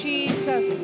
Jesus